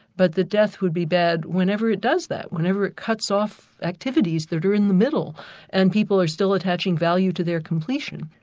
but that death would be bad whenever it does that, whenever it cuts off activities that are in the middle and people are still attaching value to their completion.